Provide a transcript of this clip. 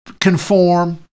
conform